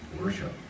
worship